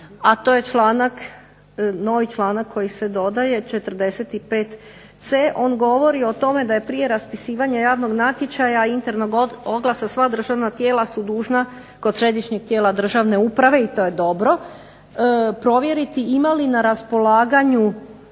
a to je članak, novi članak koji se dodaje 45.c on govori o tome da je prije raspisivanja javnog natječaja, internog oglasa sva državna tijela su dužna kod Središnjeg tijela državne uprave, i to je dobro, provjeriti ima li na raspolaganju